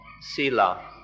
sila